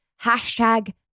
Hashtag